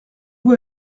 vous